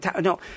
no